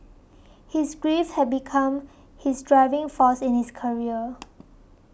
his grief had become his driving force in his career